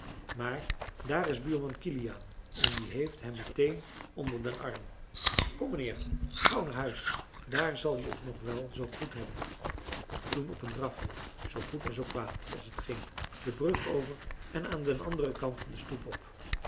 maar daar is buurman kiliaan en die heeft hem meteen onder den arm kom mijnheer gauw naar huis daar zal je t nog wèl zoo goed hebben en toen op een drafje zoo goed en zoo kwaad als het ging de brug over en aan den anderen kant de stoep op